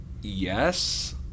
Yes